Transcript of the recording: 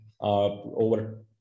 over